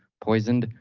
poisoned,